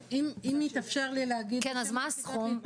כן, אז מה הסכום?